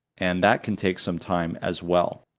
and that can take some time as well.